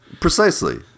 Precisely